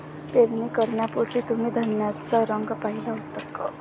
पेरणी करण्यापूर्वी तुम्ही धान्याचा रंग पाहीला होता का?